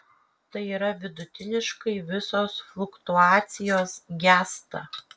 tai yra vidutiniškai visos fluktuacijos gęsta